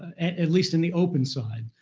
at at least in the open side.